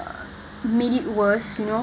made it worse you know